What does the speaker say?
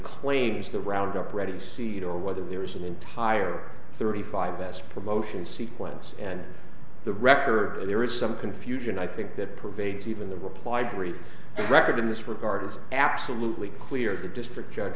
claims the roundup ready seed or whether there is an entire thirty five s promotion sequence and the record there is some confusion i think that pervades even the reply brief record in this regard is absolutely clear the district judge